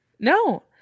no